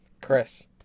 Chris